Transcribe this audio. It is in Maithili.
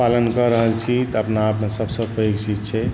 पालन कऽ रहल छी तँ अपना आपमे सबसँ पैघ चीज छै